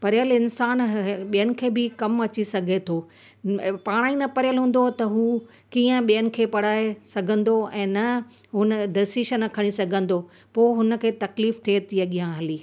पढ़ियल इंसान ॿ ॿियनि खे बि कमु अची सघे थो पाण ई न पढ़ियल हूंदो त हू कीअं ॿियनि खे पढ़ाए सघंदो ऐं न हुन डिसीज़न खणी सघंदो पोइ हुनखे तकलीफ़ थिए थी अॻियां हली